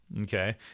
Okay